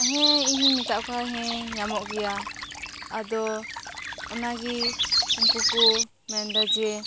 ᱦᱮᱸ ᱤᱧ ᱦᱚᱧ ᱢᱮᱛᱟᱫ ᱠᱚᱣᱟ ᱦᱮᱸ ᱧᱟᱢᱚᱜ ᱜᱮᱭᱟ ᱟᱫᱚ ᱩᱝᱠᱩ ᱠᱚ ᱢᱮᱱ ᱮᱫᱟ ᱡᱮ